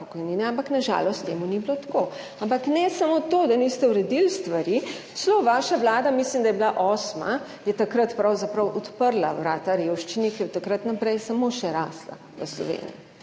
ampak na žalost temu ni bilo tako. Ampak ne samo to, da niste uredili stvari, celo vaša Vlada, mislim, da je bila osma, je takrat pravzaprav odprla vrata revščini, ker od takrat naprej je samo še rasla v Sloveniji.